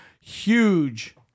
Huge